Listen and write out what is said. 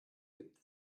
gibt